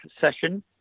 session